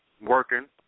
working